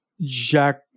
Jack